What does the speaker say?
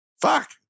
fuck